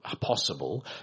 possible